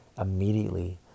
immediately